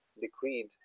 decreed